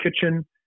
kitchen